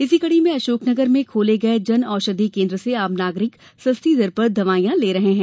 इसी कड़ी में अशोक नगर में खोले गये जन औषधि केन्द्र से आम नागरिक सस्ती दर पर दवाइयां ले रहे है